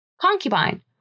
concubine